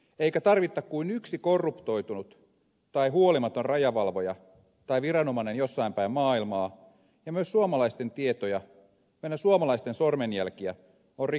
eikä tarvita kuin yksi korruptoitunut tai huolimaton rajavalvoja tai viranomainen jossain päin maailmaa ja myös suomalaisten tietoja meidän suomalaisten sormenjälkiä on rikollisten käsissä